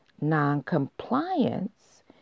noncompliance